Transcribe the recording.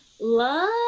love